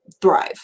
thrive